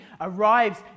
arrives